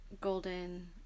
Golden